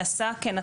כן,